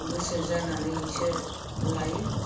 गोसो जानानैसो लायो